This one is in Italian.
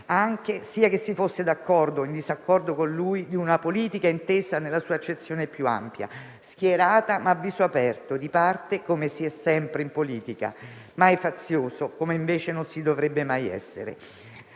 sia che si fosse d'accordo che in disaccordo con lui, di una politica intesa nella sua accezione più ampia, schierata, ma a viso aperto, di parte come si è sempre in politica, ma mai fazioso, come invece non si dovrebbe mai essere.